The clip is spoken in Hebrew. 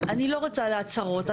אני לא רוצה על הצהרות.